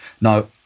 Now